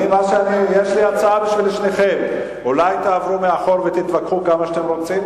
יש לי הצעה בשביל שניכם: אולי תעברו לאחור ותתווכחו כמה שאתם רוצים?